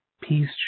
peace